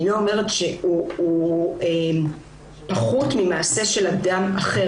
אני לא אומרת שהוא פחות ממעשה של אדם אחר,